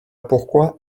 pourquoi